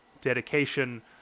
dedication